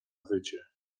wycie